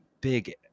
big